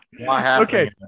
Okay